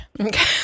Okay